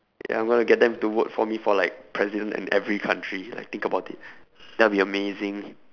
ya I'm going to get them to vote for me for like president in every country like think about it that would be amazing